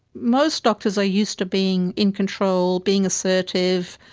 most doctors are used to being in control, being assertive,